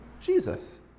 Jesus